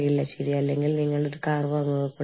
കൂടാതെ വൈദ്യുതി ലൈനുകൾ മുറിഞ്ഞിരിക്കാം